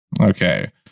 Okay